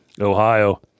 Ohio